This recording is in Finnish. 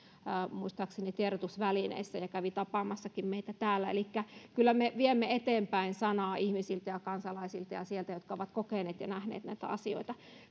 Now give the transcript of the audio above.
tiedotusvälineissä ja kävi tapaamassakin meitä täällä elikkä kyllä me viemme sanaa eteenpäin ihmisiltä ja kansalaisilta jotka ovat kokeneet ja nähneet näitä asioita